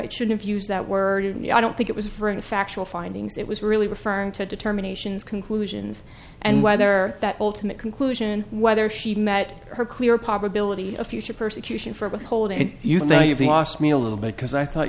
it should have used that word in the i don't think it was for the factual findings it was really referring to determinations conclusions and whether that ultimate conclusion whether she met her clear probability of future persecution for behold and you think you've lost me a little bit because i thought